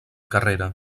carrera